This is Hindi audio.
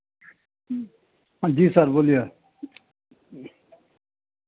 जी सर बोलिए